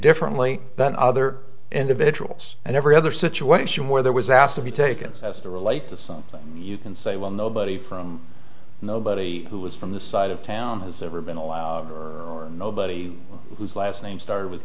differently than other individuals and every other situation where there was asked to be taken as they relate to something you can say well nobody from nobody who is from this side of town has ever been allowed nobody whose last name started with